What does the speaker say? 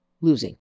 losing